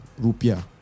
rupiah